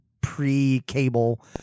pre-cable